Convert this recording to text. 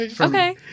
Okay